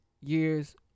years